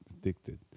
addicted